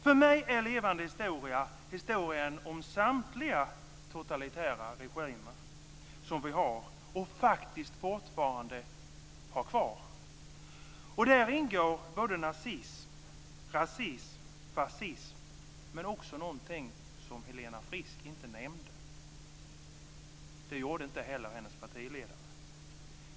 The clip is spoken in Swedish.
För mig är levande historia historien om samtliga totalitära regimer som har funnits och faktiskt fortfarande finns kvar. Där ingår nazism, rasism, fascism, men också någonting som Helena Frisk inte nämnde. Det gjorde inte heller hennes partiledare.